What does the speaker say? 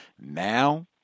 now